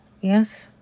Yes